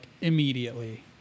immediately